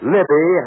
Libby